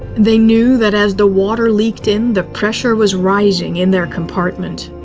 they knew that as the water leaked in, the pressure was rising in their compartment.